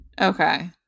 Okay